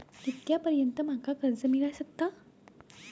कितक्या पर्यंत माका कर्ज मिला शकता?